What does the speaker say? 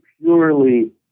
purely